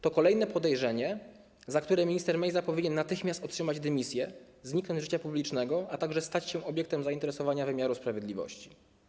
To kolejne podejrzenie, za które minister Mejza powinien natychmiast otrzymać dymisję, zniknąć z życia publicznego, a także stać się obiektem zainteresowania wymiaru sprawiedliwości.